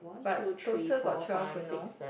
but total got twelve you know